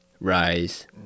rise